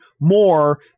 more